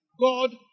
God